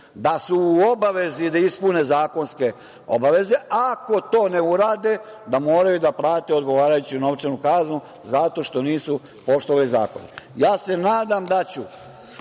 da su u obavezi da ispune zakonske obaveze, a ako to ne urade da moraju da plate odgovarajuću novčanu kaznu zato što nisu poštovali zakon. Nadam se da će